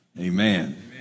amen